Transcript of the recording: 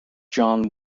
john